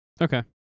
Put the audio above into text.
Okay